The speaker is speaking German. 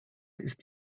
ist